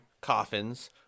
coffins